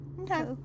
Okay